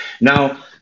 Now